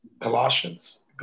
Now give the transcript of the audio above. Colossians